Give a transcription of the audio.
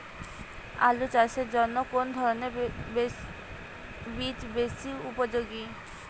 আলু চাষের জন্য কোন ধরণের বীজ বেশি উপযোগী?